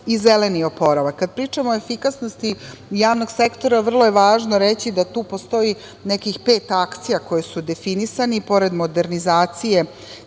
i zeleni oporavak. Kada pričamo o efikasnosti javnog sektora, vrlo je važno reći da tu postoji nekih pet akcija koje su definisane, pored modernizacije